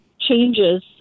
changes